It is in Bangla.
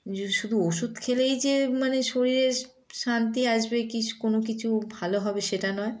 শুধু ওষুধ খেলেই যে মানে শরীরে শান্তি আসবে কি কোনো কিছু ভালো হবে সেটা নয়